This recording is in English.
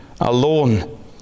alone